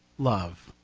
love.